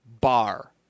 bar